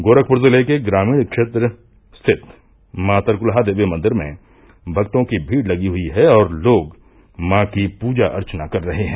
गोरखपुर जिले के ग्रामीण क्षेत्र स्थित मॉ तरकुलहा देवी मंदिर में भक्तों की भीड़ लगी हुई है और लोग मॉ की पूजा अर्चना कर रहे हैं